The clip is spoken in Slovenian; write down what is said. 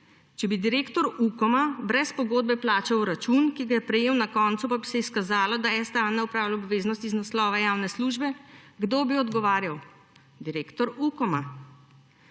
Če bi direktor Ukoma brez pogodbe plačal račun, ki ga je prejel, na koncu pa bi se izkazalo, da STA ne opravlja obveznosti iz naslova javne službe, kdo bi odgovarjal? Direktor Ukoma.